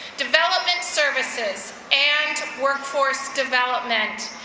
development services and workforce development.